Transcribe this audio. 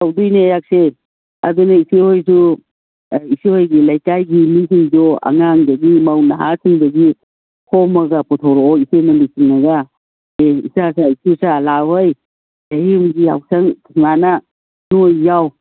ꯇꯧꯗꯣꯏꯅꯦ ꯑꯌꯥꯛꯁꯦ ꯑꯗꯨꯅ ꯏꯆꯦ ꯍꯣꯏꯁꯨ ꯏꯆꯦ ꯍꯣꯏꯒꯤ ꯂꯩꯀꯥꯏꯒꯤ ꯃꯤꯁꯤꯡꯗꯣ ꯑꯉꯥꯡꯗꯒꯤ ꯃꯧ ꯅꯍꯥꯁꯤꯡꯗꯒꯤ ꯈꯣꯝꯃꯒ ꯄꯨꯊꯣꯔꯛꯑꯣ ꯏꯆꯦꯅ ꯂꯨꯆꯤꯡꯉꯒ ꯏꯆꯥꯁꯥ ꯏꯁꯨꯁꯥ ꯂꯥꯛꯎꯍꯩ ꯆꯍꯤꯃꯒꯤ ꯌꯥꯎꯁꯪ ꯁꯨꯃꯥꯏꯅ ꯅꯣꯏ ꯌꯥꯎ